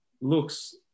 looks